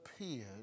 appeared